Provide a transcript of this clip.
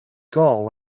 gôl